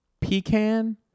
Pecan